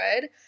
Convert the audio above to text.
good